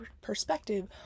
perspective